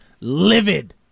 Livid